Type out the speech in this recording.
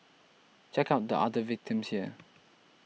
check out the other victims here